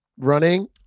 Running